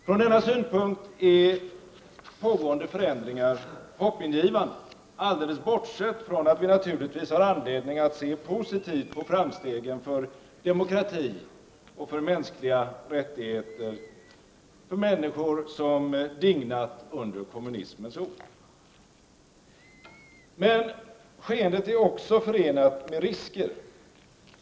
Från denna synpunkt är pågående förändringar hoppingivande, alldeles bortsett från att vi naturligtvis har anledning att se positivt på framstegen för demokrati och mänskliga rättigheter för folk som dignat under kommunismens ok. Skeendet är emellertid också förenat med risker.